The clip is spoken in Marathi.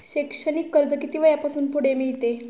शैक्षणिक कर्ज किती वयापासून पुढे मिळते?